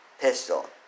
pistol